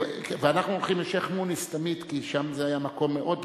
ואנחנו הולכים לשיח'-מוניס תמיד כי שם זה היה מקום מאוד רגיש.